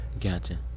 Gotcha